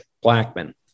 Blackman